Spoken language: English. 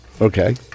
Okay